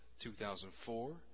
2004